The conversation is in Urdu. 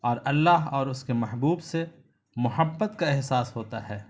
اور اللہ اور اس کے محبوب سے محبت کا احساس ہوتا ہے